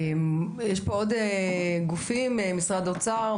יש פה עוד גופים משרד האוצר,